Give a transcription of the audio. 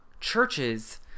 churches